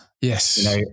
Yes